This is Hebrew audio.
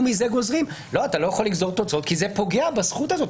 גוזרים מזה שאתה לא יכול לגזור תוצאות כי זה פוגע בזכות הזאת.